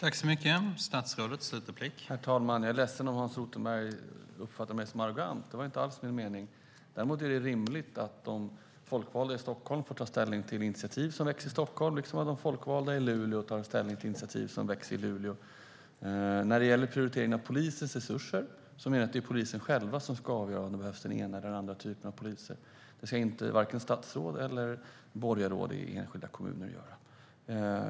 Herr talman! Jag är ledsen om Hans Rothenberg uppfattar mig som arrogant. Det var inte alls min mening. Däremot är det rimligt att de folkvalda i Stockholm får ta ställning till initiativ som väcks i Stockholm, liksom att de folkvalda i Luleå tar ställning till initiativ som väcks i Luleå. När det gäller prioritering av polisens resurser menar jag att det är polisen själv som ska avgöra om den ena eller andra typen av poliser behövs. Det ska varken statsråd eller borgarråd i enskilda kommuner göra.